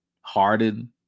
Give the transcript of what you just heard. Harden